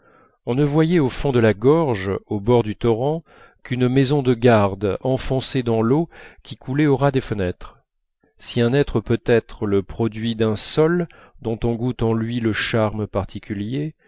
on ne voyait au fond de la gorge au bord du torrent qu'une maison de garde enfoncée dans l'eau qui coulait au ras des fenêtres si un être peut être le produit d'un sol dont on goûte en lui le charme particulier